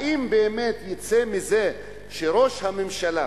האם באמת יצא מזה שראש הממשלה,